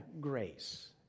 grace